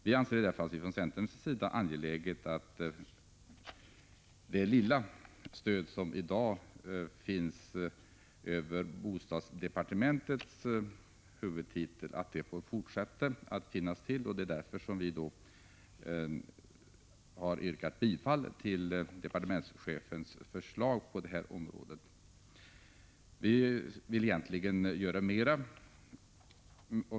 Vi från centern anser det därför angeläget att det lilla stöd som i dag utgår via bostadsdepartementets huvudtitel får fortsätta att finnas. Det är därför vi har yrkat bifall till departementschefens förslag på det här området. Vi vill egentligen göra mer.